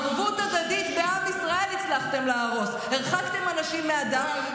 ערוץ הכנסת אומרים שהורדת להם את הרייטינג.